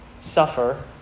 suffer